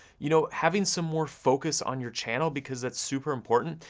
you know, having some more focus on your channel, because that's super important,